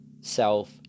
self